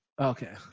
Okay